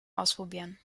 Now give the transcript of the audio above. ausprobieren